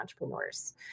Entrepreneurs